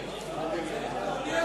בלבול,